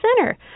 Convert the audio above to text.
center